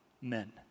Men